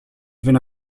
even